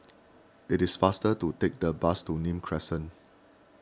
it is faster to take the bus to Nim Crescent